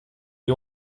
you